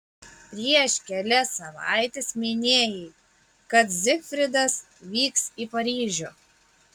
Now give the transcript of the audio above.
prieš kelias savaites minėjai kad zigfridas vyks į paryžių